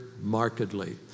markedly